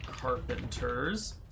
Carpenters